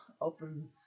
open